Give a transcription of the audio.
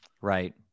Right